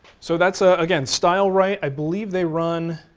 so, that's ah again, stileright, i believe they run.